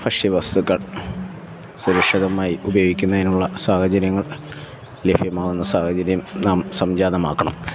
ഭക്ഷ്യവസ്തുക്കൾ സുരക്ഷിതമായി ഉപയോഗിക്കുന്നതിനുള്ള സാഹചര്യങ്ങൾ ലഭ്യമാവുന്ന സാഹചര്യം നാം സംജാതമാക്കണം